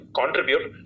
contribute